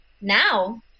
now